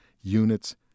units